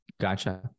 Gotcha